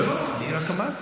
לא, לא, אני רק אמרתי.